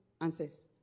answers